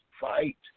fight